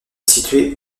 située